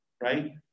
right